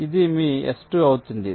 ఇది మీ S2 అవుతుంది